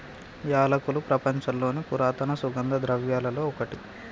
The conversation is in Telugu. యాలకులు ప్రపంచంలోని పురాతన సుగంధ ద్రవ్యలలో ఒకటి